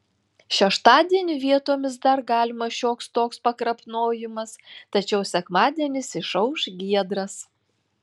šeštadienį vietomis dar galimas šioks toks pakrapnojimas tačiau sekmadienis išauš giedras